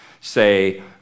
say